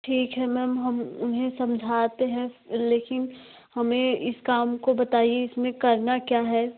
ठीक है मैम हम उन्हें समझाते हैं लेकिन हमें इस काम को बताइए इसमें करना क्या है